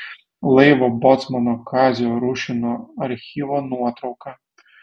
laivo bocmano kazio rušino archyvo nuotrauka